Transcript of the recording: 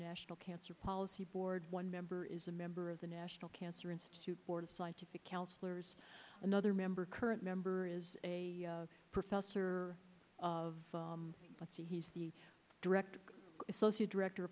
national cancer policy board one member is a member of the national cancer institute board of scientific councilors another member current member is a professor of law to he's the director associate director